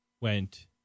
went